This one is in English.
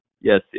Yes